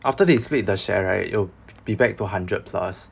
after they split the share right it'l be back to hundred plus